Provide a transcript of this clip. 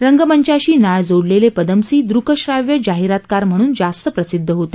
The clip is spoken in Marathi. रंगमंचाशी नाळ जोडलेले पदमसी द्रक्श्राव्य जाहीरातकार म्हणून जास्त प्रसिद्ध होते